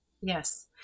Yes